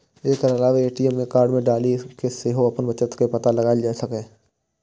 एकर अलावे ए.टी.एम मे कार्ड डालि कें सेहो अपन बचत के पता लगाएल जा सकैए